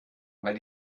weil